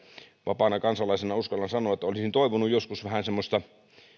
vapaana kansalaisena uskallan sanoa että olisin toivonut joskus vähän semmoista